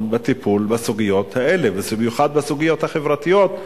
בטיפול בסוגיות האלה ובמיוחד בסוגיות החברתיות,